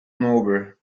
nobel